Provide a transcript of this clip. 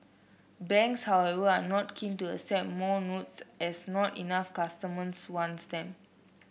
banks however are not keen to accept more notes as not enough customers wants them